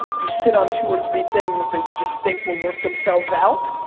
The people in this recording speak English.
you sit on two or three things that you just think will work themselves out,